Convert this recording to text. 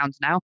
now